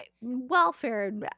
welfare